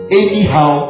anyhow